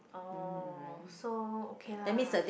oh so okay lah